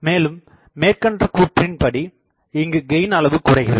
மேலும் மேற்கண்ட கூற்றின்படி இங்குக் கெயின் அளவு குறைகிறது